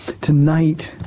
Tonight